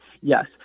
Yes